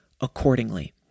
accordingly